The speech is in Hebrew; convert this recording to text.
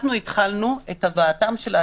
אפשר להחליט שהכנסת היא מיותרת,